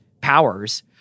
powers